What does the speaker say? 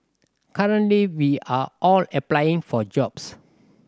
currently we are all applying for jobs